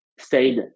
stayed